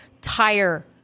tire